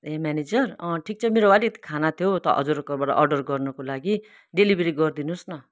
ए manager अँ ठिक छ मेरो अलिकति खाना थियो हजुरहरूकोबाट अर्डर गर्नुको लागि डेलिभेरी गरिदिनुहोस् न